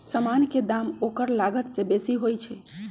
समान के दाम ओकर लागत से बेशी होइ छइ